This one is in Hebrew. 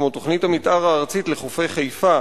כמו תוכנית המיתאר הארצית לחופי חיפה